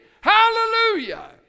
Hallelujah